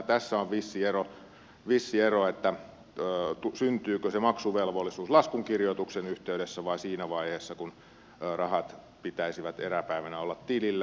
tässä on vissi ero syntyykö se maksuvelvollisuus laskun kirjoituksen yhteydessä vai siinä vaiheessa kun rahojen pitäisi eräpäivänä olla tilillä